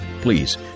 Please